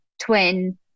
twin